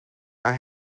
are